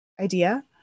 idea